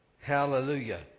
Hallelujah